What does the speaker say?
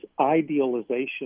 idealization